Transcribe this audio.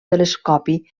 telescopi